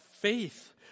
faith